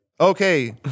Okay